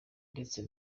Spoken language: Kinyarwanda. ndetse